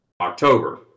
october